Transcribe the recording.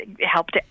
helped